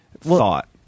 thought